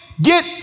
Get